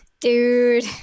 Dude